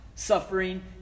suffering